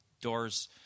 doors